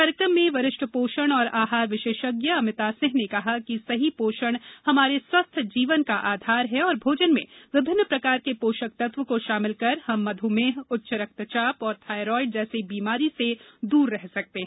कार्यक्रम में वरिष्ठ पोषण और आहार विशेषज्ञ अमिता सिंह ने कहा कि सही पोषण हमारे स्वस्थ जीवन का आधार है और भोजन में विभिन्न प्रकार के पोषक तत्व को शामिल कर हम मधुमेह उच्च रक्तचाप और थायराइड जैसी बीमारी से दूर रह सकते हैं